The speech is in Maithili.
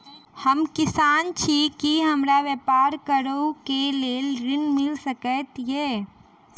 हम किसान छी की हमरा ब्यपार करऽ केँ लेल ऋण मिल सकैत ये?